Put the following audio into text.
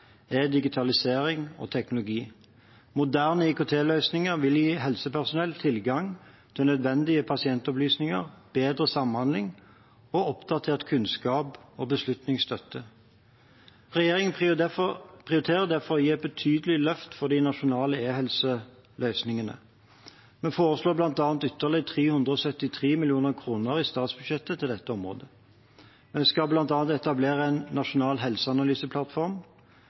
er digitalisering og teknologi. Moderne IKT-løsninger vil gi helsepersonell tilgang til nødvendige pasientopplysninger, bedre samhandling og oppdatert kunnskap og beslutningsstøtte. Regjeringen prioriterer derfor å gi et betydelig løft for de nasjonale e-helseløsningene. Vi foreslår bl.a. ytterligere 373 mill. kr i statsbudsjettet til dette området. En skal bl.a. etablere en nasjonal helseanalyseplattform.